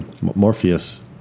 morpheus